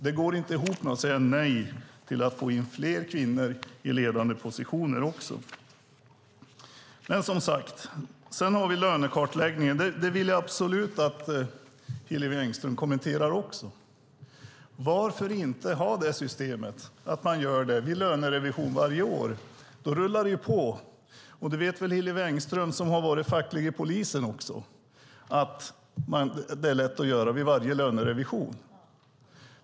Det går inte ihop med att säga nej till att få in fler kvinnor i ledande positioner. Jag vill att Hillevi Engström också kommenterar lönekartläggningen. Varför inte ha ett system där man gör det vid lönerevisionen varje år? Då rullar det på. Hillevi Engström har varit fackligt aktiv i polisen och vet att det är lätt att göra detta vid varje lönerevision.